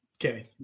Okay